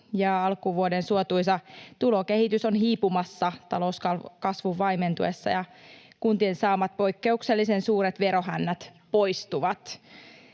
Alkuvuoden suotuisa tulokehitys on hiipumassa talouskasvun vaimentuessa, ja kuntien saamat poikkeuksellisen suuret verohännät poistuvat.